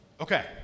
Okay